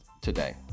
today